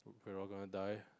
we're all gonna die